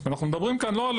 אנחנו מכירים את